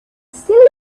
silly